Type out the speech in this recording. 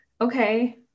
okay